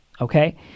Okay